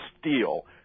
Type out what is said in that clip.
steel